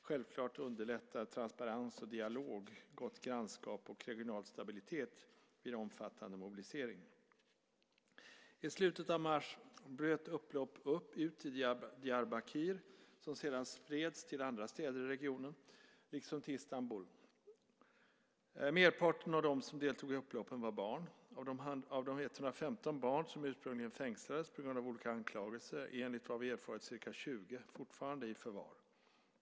Självklart underlättar transparens och dialog gott grannskap och regional stabilitet vid omfattande mobilisering. I slutet av mars bröt upplopp ut i Diyarbakir som sedan spreds till andra städer i regionen, liksom till Istanbul. Merparten av dem som deltog i upploppen var barn. Av de 115 barn som ursprungligen fängslades på grund av olika anklagelser är enligt vad vi har erfarit ca 20 fortfarande i förvar.